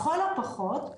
לכל הפחות,